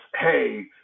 hey